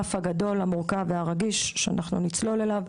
הענף הגדול המורכב והרגיש שאנחנו נצלול אליו,